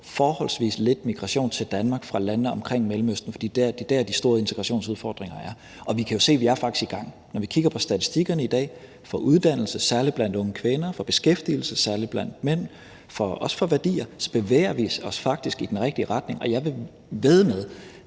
forholdsvis lidt migration til Danmark fra landene omkring Mellemøsten, for det er der, de store integrationsudfordringer er. Og vi kan jo se, at vi faktisk er i gang. Når vi kigger på statistikkerne i dag for uddannelse, særlig blandt unge kvinder, for beskæftigelse, særlig blandt mænd, og også for værdier, bevæger vi os faktisk i den rigtige retning, og jeg vil vædde med,